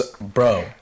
Bro